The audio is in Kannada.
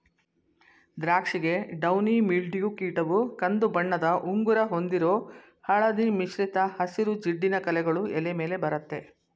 ದ್ರಾಕ್ಷಿಗೆ ಡೌನಿ ಮಿಲ್ಡ್ಯೂ ಕೀಟವು ಕಂದುಬಣ್ಣದ ಉಂಗುರ ಹೊಂದಿರೋ ಹಳದಿ ಮಿಶ್ರಿತ ಹಸಿರು ಜಿಡ್ಡಿನ ಕಲೆಗಳು ಎಲೆ ಮೇಲೆ ಬರತ್ತೆ